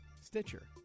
Stitcher